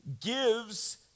gives